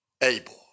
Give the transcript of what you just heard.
Abel